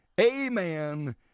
amen